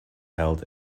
held